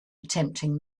attempting